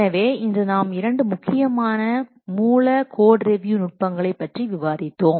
எனவே இன்று நாம் இரண்டு முக்கியமான மூல கோட்ரிவியூ நுட்பங்களைப் பற்றி விவாதித்தோம்